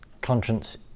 Conscience